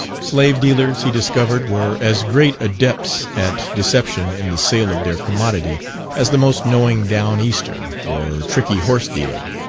slave-dealers he discovered were as great adepts at deception in the sale of their commodity as the most knowing down-easter, or tricky horse dealer.